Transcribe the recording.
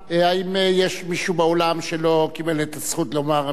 האם יש מישהו באולם שלא קיבל את הזכות לומר מלים?